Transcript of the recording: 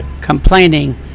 complaining